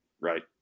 Right